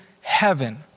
heaven